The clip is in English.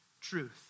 truth